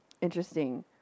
Interesting